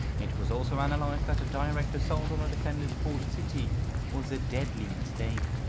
it was also analyzed that a direct assault on a defended port-city was a deadly mistake.